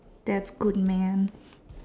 that's good man